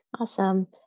awesome